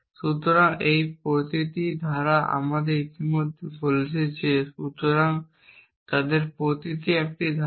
সুতরাং এই প্রতিটি একটি ধারা আমরা ইতিমধ্যেই বলেছি যে সুতরাং তাদের প্রতিটি একটি ধারা